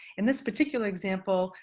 in this particular example,